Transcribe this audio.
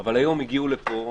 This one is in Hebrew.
אבל היום הגיעו לפה